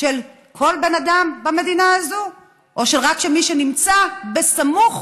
של כל בן אדם במדינה הזאת או רק של מי שנמצא בסמוך